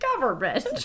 government